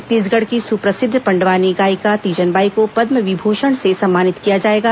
छत्तीसगढ़ की सुप्रसिद्ध पंडवानी गायिका तीजनबाई को पदम विभूषण से सम्मानित किया जाएगा